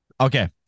Okay